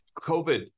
COVID